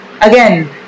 again